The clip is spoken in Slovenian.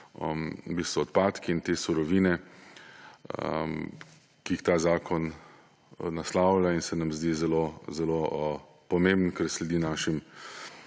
v bistvu za odpadke in te surovine, ki jih ta zakon naslavlja, in se nam zdi zelo pomemben, ker sledi našim